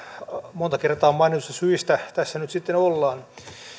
monta kertaa mainituista syistä tässä nyt sitten ollaan